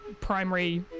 primary